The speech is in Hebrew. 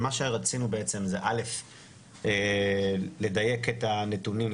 מה שרצינו בעצם זה אלף לדייק את הנתונים,